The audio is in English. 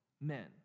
men